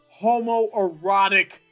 homoerotic